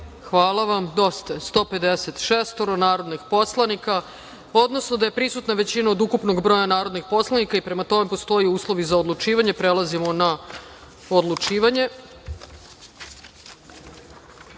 sali prisutno 156 narodnih poslanika, odnosno da je prisutna većina od ukupnog broja narodnih poslanika i, prema tome, postoje uslovi za odlučivanje. Prelazimo na odlučivanje. Pošto